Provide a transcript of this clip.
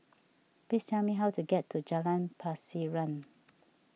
please tell me how to get to Jalan Pasiran